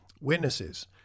witnesses